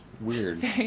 Weird